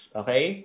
okay